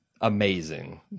amazing